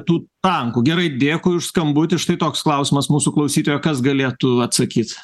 tų tankų gerai dėkui už skambutį štai toks klausimas mūsų klausytojo kas galėtų atsakyt